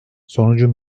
sonucu